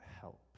help